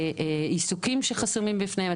עיסוקים שחסומים בפניהם.